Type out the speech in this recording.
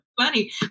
Funny